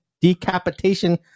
decapitation